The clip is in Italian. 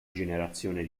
generazione